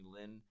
Lynn